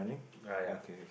!aiya!